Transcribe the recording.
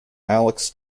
alex